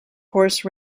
horse